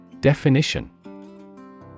Definition